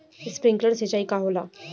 Sprinkler सिंचाई का होला?